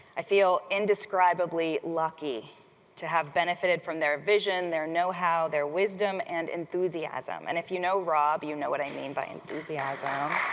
i feel indescribably lucky to have benefitted from their vision, their know-how, their wisdom, and enthusiasm, and if you know rob, you know what i mean by enthusiasm.